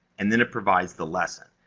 and then it provides the lesson.